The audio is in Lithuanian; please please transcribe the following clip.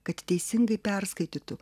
kad teisingai perskaitytų